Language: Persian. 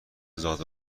زاد